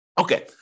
Okay